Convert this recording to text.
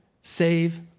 save